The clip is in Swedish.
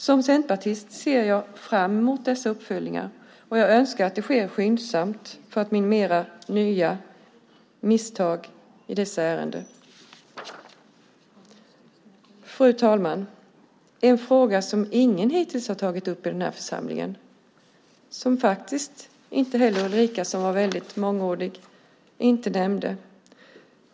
Som centerpartist ser jag fram emot dessa uppföljningar, och jag önskar att de sker skyndsamt för att minimera risken för nya misstag i dessa ärenden. Fru talman! Det är en fråga som ingen hittills har tagit upp i den här församlingen. Den nämndes faktiskt inte heller av Ulrika som var väldigt mångordig.